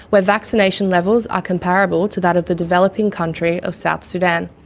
where vaccination levels are comparable to that of the developing country of south sudan,